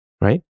Right